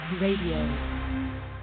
Radio